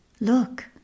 Look